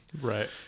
Right